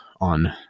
on